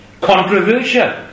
controversial